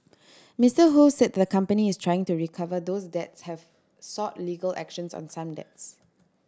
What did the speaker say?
Mister Ho said the company is trying to recover those debts have sought legal actions on some debts